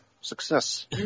Success